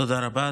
תודה רבה.